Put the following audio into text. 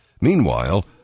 Meanwhile